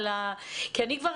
היכולת להפוך את זה למשהו שהוא